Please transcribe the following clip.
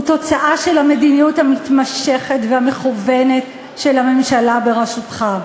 הוא תוצאה של המדיניות המתמשכת והמכוונת של הממשלה בראשותך,